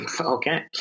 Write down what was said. Okay